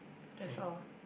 that's all